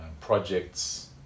projects